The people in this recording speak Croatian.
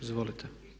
Izvolite.